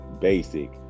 basic